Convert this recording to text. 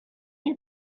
you